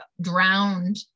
drowned